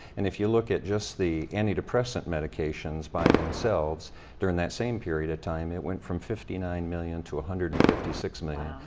and if you look at just the antidepressant medications by themselves during that same period of time, it went from fifty nine million to one hundred and fifty six million.